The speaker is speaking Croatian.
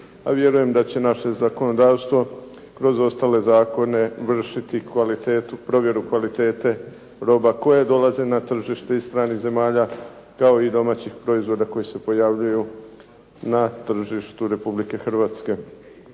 a vjerujem da će naše zakonodavstvo kroz ostale zakone vršiti provjeru kvalitete roba koje dolaze na tržište iz stranih zemalja kao i domaćih proizvoda koji se pojavljuju na tržištu Republike Hrvatske.